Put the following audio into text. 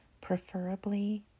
Preferably